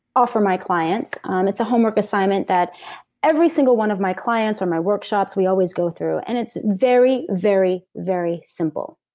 offer my clients. um it's a homework assignment that every single one of my clients or my workshops, we always go through and it's very, very, very simple.